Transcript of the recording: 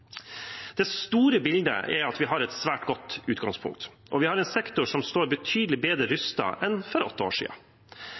Det store bildet er at vi har et svært godt utgangspunkt, og vi har en sektor som står betydelig bedre